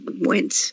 Went